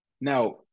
Now